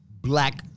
black